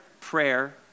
prayer